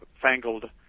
fangled